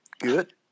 Good